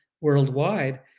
worldwide